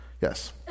Yes